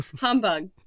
Humbug